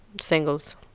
singles